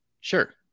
Sure